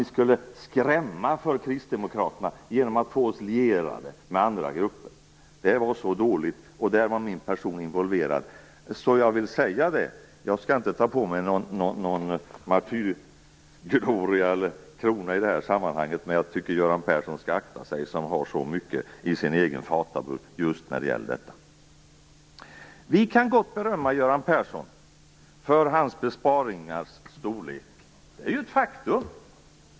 Ni skulle skrämma för kristdemokraterna genom att få oss lierade med andra grupper. Det var så dåligt, och där var min person involverad. Jag skall inte ta på mig någon martyrkrona i det här sammanhanget, men jag tycker att Göran Persson skall akta sig som har så mycket i sin egen fatabur just när det gäller detta. Vi kan gott berömma Göran Persson för hans besparingars storlek. Det är ett faktum.